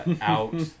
out